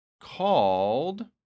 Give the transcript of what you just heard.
called